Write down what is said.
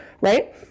right